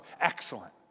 excellent